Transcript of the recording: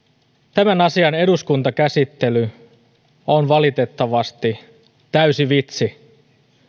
tämän asian eduskuntakäsittely on valitettavasti täysi vitsi